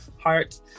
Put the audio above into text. heart